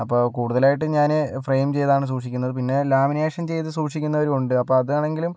അപ്പോൾ കൂടുതലായിട്ടും ഞാന് ഫ്രെയിം ചെയ്താണ് സൂക്ഷിക്കുന്നത് പിന്നെ ലാമിനേഷൻ ചെയ്ത് സൂക്ഷിക്കുന്നവരുമുണ്ട് അപ്പോൾ അതാണെങ്കിലും